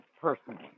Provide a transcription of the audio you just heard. personally